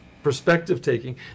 perspective-taking